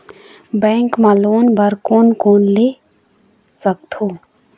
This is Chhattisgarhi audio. बैंक मा लोन बर कोन कोन ले सकथों?